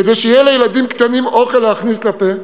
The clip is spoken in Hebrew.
כדי שיהיה לילדים קטנים אוכל להכניס לפה,